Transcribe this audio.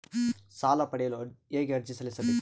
ಸಾಲ ಪಡೆಯಲು ಹೇಗೆ ಅರ್ಜಿ ಸಲ್ಲಿಸಬೇಕು?